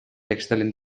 excmo